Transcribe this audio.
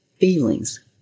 feelings